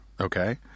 okay